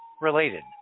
related